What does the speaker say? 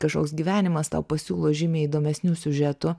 kažkoks gyvenimas tau pasiūlo žymiai įdomesnių siužetų